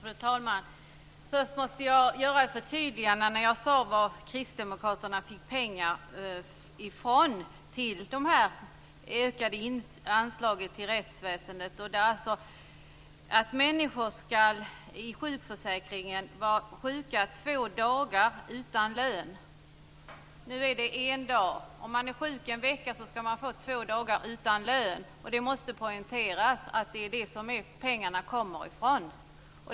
Fru talman! Först måste jag göra ett förtydligande av vad jag sade om var Kristdemokraterna fick pengar ifrån till de ökade anslagen till rättsväsendet. Det är från sjukförsäkringen. Människor som är sjuka ska vara två dagar utan lön. Nu är det en dag. Om man är sjuk en vecka ska man få två dagar utan lön. Det måste poängteras att det är därifrån pengarna kommer.